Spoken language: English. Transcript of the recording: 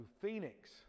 Phoenix